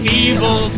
evil